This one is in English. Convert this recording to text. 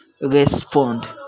respond